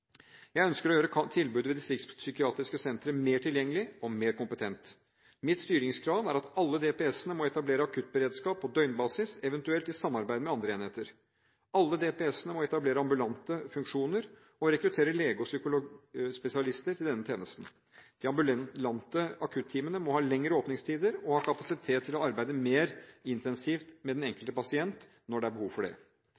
Jeg ønsker å gjøre tilbudet ved distriktspsykiatriske sentre mer tilgjengelig og mer kompetent. Mitt styringskrav er at alle DPS-ene, eventuelt i samarbeid med andre enheter, må etablere akuttberedskap på døgnbasis. Alle DPS-ene må etablere ambulante funksjoner og rekruttere lege- og psykologspesialister til denne tjenesten. De ambulante akutteamene må ha lengre åpningstider og ha kapasitet til å arbeide mer intensivt med den